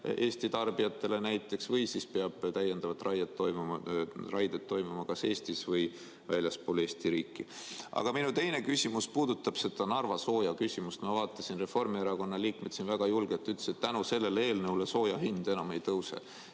Eesti tarbijatele või peavad täiendavad raied toimuma kas Eestis või väljaspool Eesti riiki. Aga minu teine küsimus puudutab seda Narva sooja küsimust. Ma vaatasin, et Reformierakonna liikmed siin väga julgelt ütlesid: tänu sellele eelnõule soojahind enam ei tõuse.